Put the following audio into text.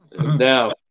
Now